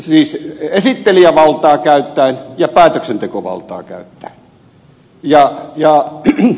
siis esittelijävaltaa käyttäen ja päätöksentekovaltaa käyttäen